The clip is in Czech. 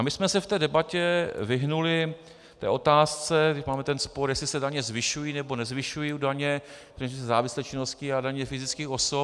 My jsme se v té debatě vyhnuli otázce, jak máme ten spor, jestli se daně zvyšují, nebo nezvyšují daně ze závislé činnosti a daně fyzických osob.